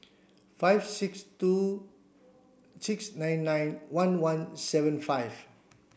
five six two six nine nine one one seven five